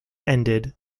ended